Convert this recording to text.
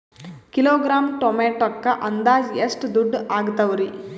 Kilogram ಟೊಮೆಟೊಕ್ಕ ಅಂದಾಜ್ ಎಷ್ಟ ದುಡ್ಡ ಅಗತವರಿ?